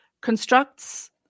constructs